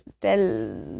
tell